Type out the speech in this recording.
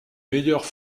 meilleures